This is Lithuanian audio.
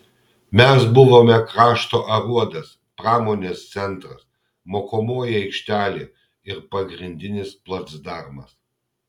mes buvome krašto aruodas pramonės centras mokomoji aikštelė ir pagrindinis placdarmas